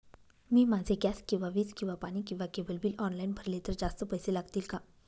मी माझे गॅस किंवा वीज किंवा पाणी किंवा केबल बिल ऑनलाईन भरले तर जास्त पैसे लागतील का?